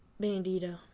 Bandito